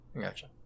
Gotcha